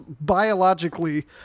biologically